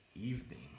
evening